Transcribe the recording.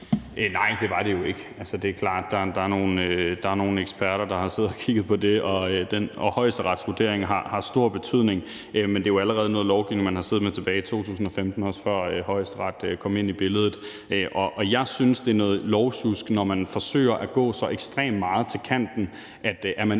Nej, det var det jo ikke. Altså, det er klart, at der er nogle eksperter, der har siddet og kigget på det, og Højesterets vurdering har stor betydning. Men det er jo noget lovgivning, man allerede har siddet med tilbage i 2015, også før Højesteret kom ind i billedet. Og jeg synes, det er noget lovsjusk, når man forsøger at gå så ekstremt meget til kanten, at man